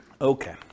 Okay